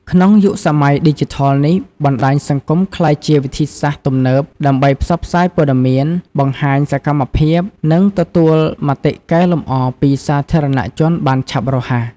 ក្នុងយុគសម័យឌីជីថលនេះ បណ្ដាញសង្គមក្លាយជា វិធីសាស្រ្តទំនើបដើម្បីផ្សព្វផ្សាយព័ត៌មាន បង្ហាញសកម្មភាព និងទទួលមតិកែលម្អពីសាធារណជនបានឆាប់រហ័ស។